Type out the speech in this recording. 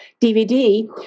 DVD